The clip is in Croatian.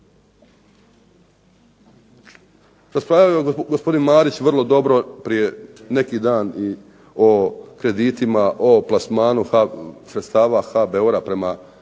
Raspravljao je gospodin Marić vrlo dobro prije neki dan i o kreditima, o plasmanu sredstava HBOR-a prema